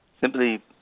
Simply